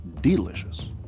delicious